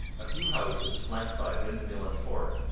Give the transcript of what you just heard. a few houses, flanked by windmill and fort,